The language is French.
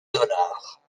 dollars